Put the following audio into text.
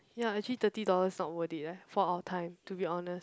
ya actually thirty dollar is not worth it eh for our time to be honest